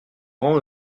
rang